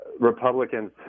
republicans